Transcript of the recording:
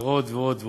ועוד ועוד ועוד.